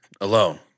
Alone